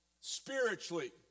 spiritually